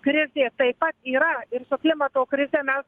krizė taip pat yra ir su klimato krize mes